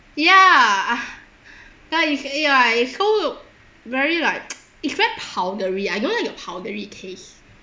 ya ah ya it's like it so very like it's very powdery I don't like the powdery taste